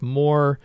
more